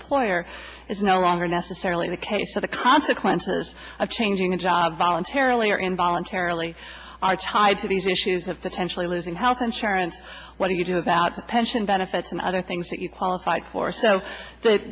employer is no longer necessarily the case so the consequences of changing a job voluntarily or involuntarily are tied to these issues of potentially losing health insurance what do you do about the pension benefits and other things that you qualify for so that